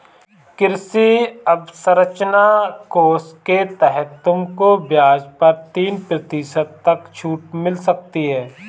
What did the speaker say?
कृषि अवसरंचना कोष के तहत तुमको ब्याज पर तीन प्रतिशत तक छूट मिल सकती है